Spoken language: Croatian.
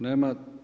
Nema.